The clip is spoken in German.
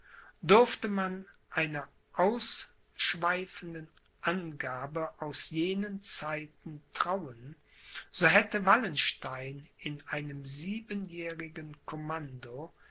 dürfte man einer ausschweifenden angabe aus jenen zeiten trauen so hätte wallenstein in einem siebenjährigen commando